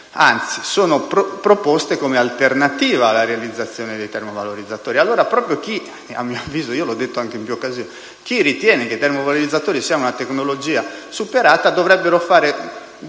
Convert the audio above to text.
anzi, è proposto come alternativa alla realizzazione dei termovalorizzatori. Allora, a mio avviso, come ho detto in più occasioni, proprio chi ritiene che i termovalorizzatori siano una tecnologia superata dovrebbe